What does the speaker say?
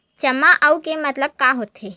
जमा आऊ के मतलब का होथे?